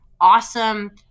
awesome